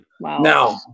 now